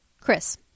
Chris